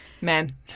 Men